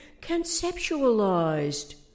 conceptualized